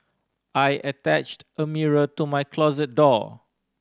I attached a mirror to my closet door